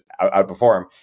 outperform